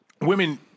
women